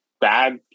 bad